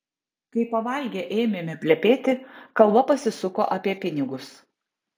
kai pavalgę ėmėme plepėti kalba pasisuko apie pinigus